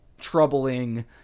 Troubling